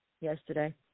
yesterday